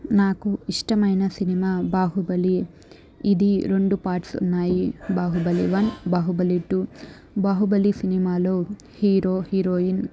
నాకు ఇష్టమైన సినిమా బాహుబలి ఇది రెండు పార్ట్స్ ఉన్నాయి బాహుబలి వన్ బాహుబలి టూ బాహుబలి సినిమాలో హీరో హీరోయిన్